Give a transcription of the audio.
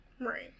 Right